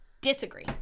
disagree